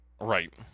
right